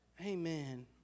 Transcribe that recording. Amen